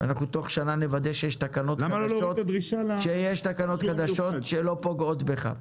אנחנו תוך שנה נוודא שיש תקנות חדשות שלא פוגעות בך.